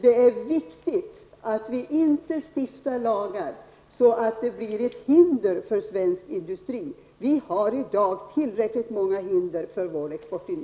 Det är viktigt att vi inte stiftar lagar som blir ett hinder för svensk industri. Vi har i dag tillräckligt många hinder för vår exportindustri.